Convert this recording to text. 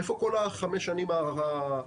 איפה כל החמש שנים הקודמות?